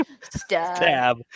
stab